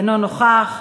אינו נוכח,